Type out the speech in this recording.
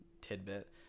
tidbit